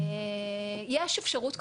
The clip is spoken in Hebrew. יש אפשרות,